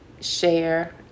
share